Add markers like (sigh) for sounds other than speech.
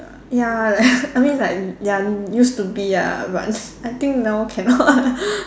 ya (laughs) I mean like ya used to be ah but (laughs) I think now cannot (laughs)